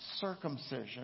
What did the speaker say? circumcision